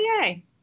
yay